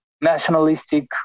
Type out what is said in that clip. nationalistic